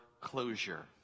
closure